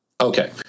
Okay